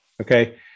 Okay